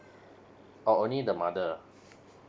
or only the mother